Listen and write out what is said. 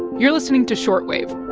you're listening to short wave